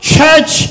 Church